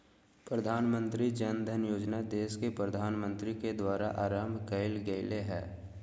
प्रधानमंत्री जन धन योजना देश के प्रधानमंत्री के द्वारा आरंभ कइल गेलय हल